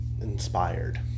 inspired